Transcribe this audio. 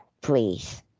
please